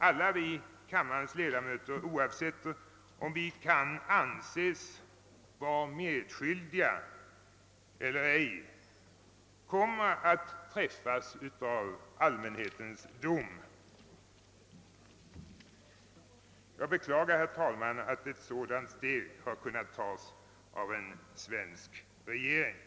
Alla riksdagens ledamöter, oavsett om vi kan anses vara medskyldiga eller ej, kommer att träffas av allmänhetens dom. Jag beklagar, herr talman, att ett sådant steg har kunnat tas av en svensk regering.